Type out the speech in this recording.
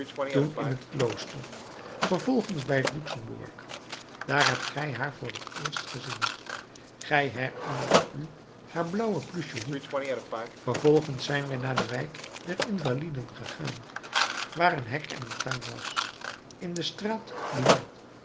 toen in het klooster vervolgens bij het luxembourg dààr hebt gij haar voor het eerst gezien gij herinnert u haar blauw pluchen hoed vervolgens zijn wij naar de wijk der invaliden gegaan waar een hek en een tuin was in de straat